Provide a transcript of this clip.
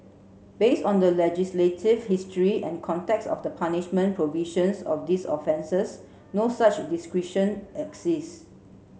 based on the legislative history and contexts of the punishment provisions of these offences no such discretion exists